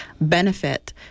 benefit